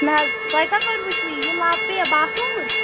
نہَ حظ تۄہہِ کَپٲرۍ وُچھوٕ یہِ لَب پیٚیہِ باتھ روٗمے